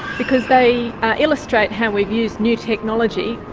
because they illustrate how we've used new technology,